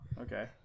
okay